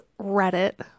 Reddit